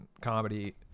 comedy